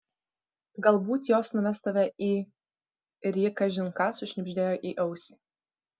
galbūt jos nuves tave į ir ji kažin ką sušnibždėjo į ausį